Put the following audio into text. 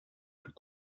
plus